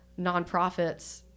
nonprofits